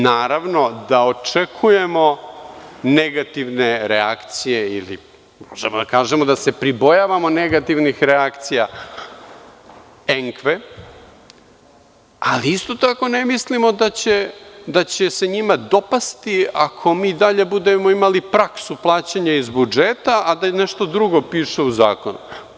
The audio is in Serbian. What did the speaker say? Naravno da očekujemo negativne reakcije ili možemo da kažemo da se pribojavamo negativnih reakcija Enkve, ali isto tako ne mislimo da će se njima dopasti ako mi i dalje budemo imali praksu plaćanja iz budžeta, a da nešto drugo piše u zakonu.